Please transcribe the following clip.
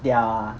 they are